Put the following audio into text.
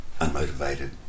unmotivated